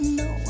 no